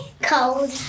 Cold